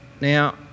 Now